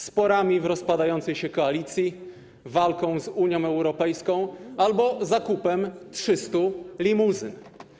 Sporami w rozpadającej się koalicji, walką z Unią Europejską albo zakupem 300 limuzyn.